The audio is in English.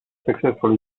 successfully